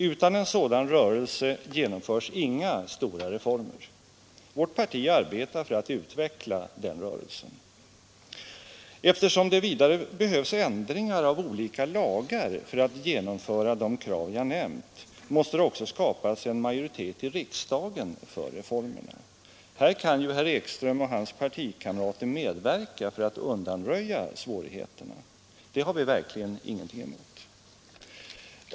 Utan en sådan rörelse genomförs inga stora reformer. Vårt parti arbetar för att utveckla denna rörelse. Eftersom det vidare behövs ändringar av olika lagar för att genomföra de krav jag nämnt, måste det också skapas en majoritet i riksdagen för reformerna. Här kan ju herr Ekström och hans partikamrater medverka för att undanröja svårigheterna. Det har vi verkligen ingenting emot.